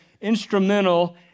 instrumental